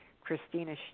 Christina